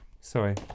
sorry